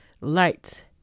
Light